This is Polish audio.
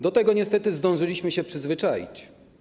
Do tego niestety zdążyliśmy się przyzwyczaić.